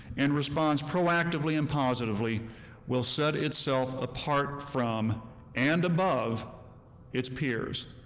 and responds proactively and positively will set itself apart from and above its peers,